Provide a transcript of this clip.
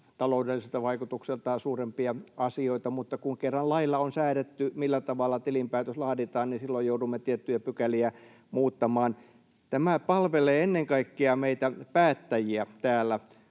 taloudelliselta vaikutukseltaan tuhat kertaa suurempia asioita, mutta kun kerran lailla on säädetty, millä tavalla tilinpäätös laaditaan, silloin joudumme tiettyjä pykäliä muuttamaan. Tämä palvelee ennen kaikkea meitä päättäjiä täällä.